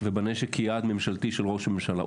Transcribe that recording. ובנשק כיעד ממשלתי של ראש הממשלה.